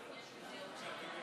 חבריי חברי הכנסת, הצעת החוק הזאת,